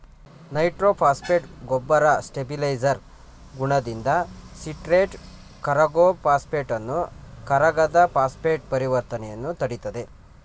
nitrophosphate ಗೊಬ್ಬರ stabiliser ಗುಣದಿಂದ citrate ಕರಗೋ ಫಾಸ್ಫೇಟನ್ನು ಕರಗದ ಫಾಸ್ಫೇಟ್ ಪರಿವರ್ತನೆಯನ್ನು ತಡಿತದೆ